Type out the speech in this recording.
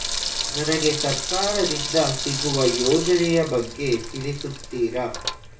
ನನಗೆ ಸರ್ಕಾರ ದಿಂದ ಸಿಗುವ ಯೋಜನೆ ಯ ಬಗ್ಗೆ ತಿಳಿಸುತ್ತೀರಾ?